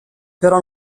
però